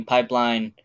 Pipeline